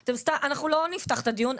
לא נפתח את הדיון.